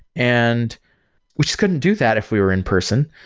and we just couldn't do that if we were in-person.